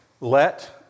Let